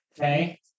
Okay